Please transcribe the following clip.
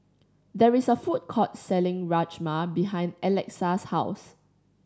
there is a food court selling Rajma behind Alexa's house